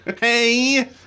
Hey